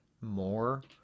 more